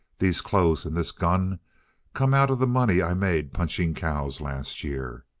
these clothes and this gun come out of the money i made punching cows last year.